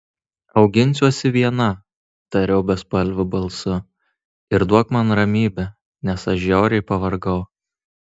auginsiuosi viena tariau bespalviu balsu ir duok man ramybę nes aš žiauriai pavargau